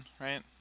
right